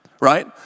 right